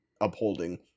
upholding